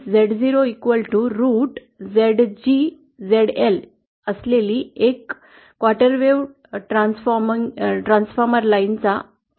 ZL असलेली एक चतुर्थांश तरंग लांबी चा क्वार्टर वेव्ह ट्रान्सफॉर्मर निवडतो